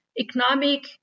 economic